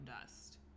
dust